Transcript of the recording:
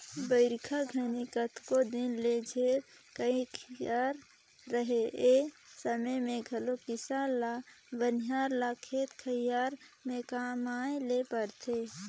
बरिखा घनी केतनो दिन ले झेर कइर रहें ए समे मे घलो किसान ल बनिहार ल खेत खाएर मे कमाए ले परथे